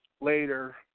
later